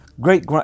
great